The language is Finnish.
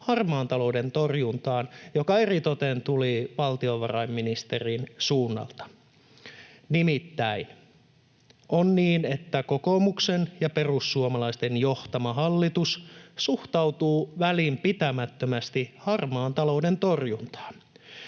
harmaan talouden torjuntaan, joka tuli eritoten valtiovarainministerin suunnalta. Nimittäin on niin, että kokoomuksen ja perussuomalaisten johtama hallitus suhtautuu välinpitämättömästi harmaan talouden torjuntaan.